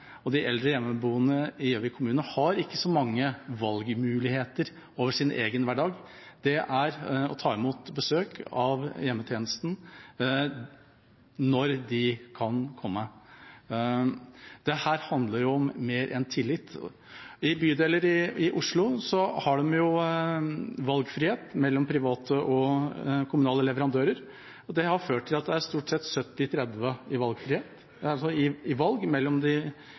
de eldre hjemmeboende. De eldre hjemmeboende i Gjøvik kommune har ikke så mange valgmuligheter i sin egen hverdag. Det er å ta imot besøk av hjemmetjenesten, når de kan komme. Dette handler om mer enn tillit. I bydeler i Oslo har de valgfrihet mellom private og kommunale leverandører, og det har ført til at det er stort sett 70–30 i valg mellom de offentlige og private. I